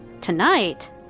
Tonight